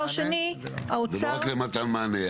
זה לא רק למתן מענה.